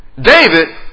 David